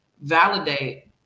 validate